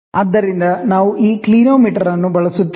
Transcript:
ಆದ್ದರಿಂದ ನಾವು ಈ ಕ್ಲಿನೋಮೀಟರ್ ಅನ್ನು ಬಳಸುತ್ತೇವೆ